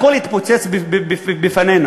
הכול יתפוצץ בפנינו.